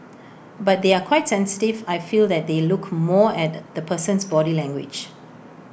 but they are quite sensitive I feel that they look more at the the person's body language